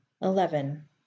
eleven